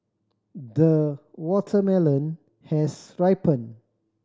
the watermelon has ripened